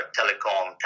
telecom